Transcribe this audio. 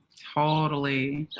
totally.